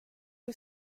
you